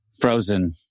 Frozen